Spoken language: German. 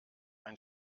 ein